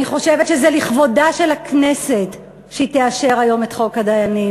אני חושבת שזה לכבודה של הכנסת שהיא תאשר היום את חוק הדיינים.